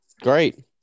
great